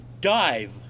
dive